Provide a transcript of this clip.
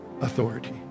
authority